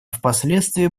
впоследствии